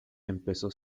empezó